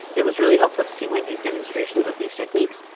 it was really helpful to see wendy's demonstration of these techniques,